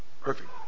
perfect